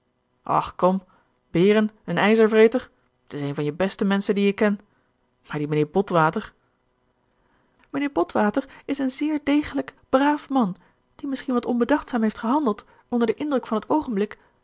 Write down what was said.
och kom behren een ijzervreter t is een van je beste menschen dien ik ken maar die mijnheer botwater mijnheer botwater is een zeer degelijk braaf man die misschien wat onbedachtzaam heeft gehandeld onder den indruk van het oogenblik